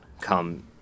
come